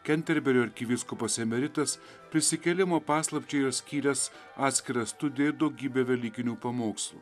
kenterberio arkivyskupas emeritas prisikėlimo paslapčiai yra skyręs atskirą studiją ir daugybę velykinių pamokslų